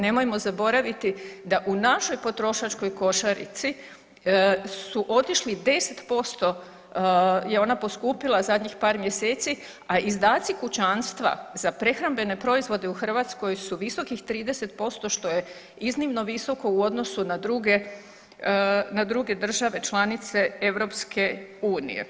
Nemojmo zaboraviti da u našoj potrošačkoj košarici su otišli 10% je ona poskupila zadnjih par mjeseci, a izdaci kućanstva za prehrambene proizvode u Hrvatskoj su visokih 30% što je iznimno visoko u odnosu na druge, na druge države članice EU.